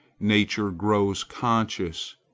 nature grows conscious.